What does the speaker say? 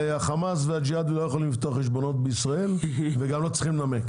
שהחמאס והג'יהאד לא יכולים לפתוח חשבונות בישראל וגם לא צריכים לנמק.